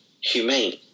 humane